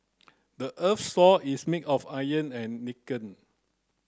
the earth's sore is made of iron and